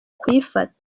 kuyifata